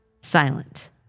Silent